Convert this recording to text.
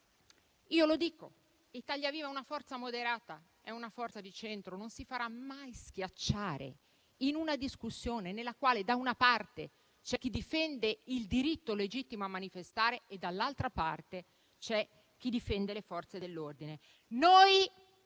dell'ordine. Italia Viva è una forza moderata, di centro, e non si farà mai schiacciare in una discussione nella quale, da una parte, c'è chi difende il diritto legittimo a manifestare e, dall'altra, c'è chi difende le Forze dell'ordine.